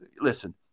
listen